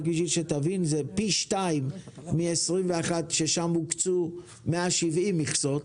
זה פי שניים מ-21' ששם הוקצו 170 מכסות,